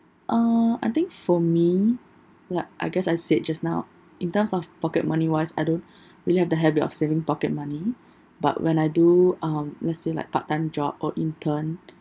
uh I think for me like I guess I said just now in terms of pocket money wise I don't really have the habit of saving pocket money but when I do um let's say like part time job or intern